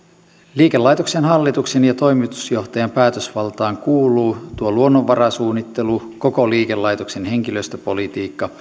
liikelaitoksen hallituksen ja toimitusjohtajan päätösvaltaan kuuluu tuo luonnonvarasuunnittelu koko liikelaitoksen henkilöstöpolitiikka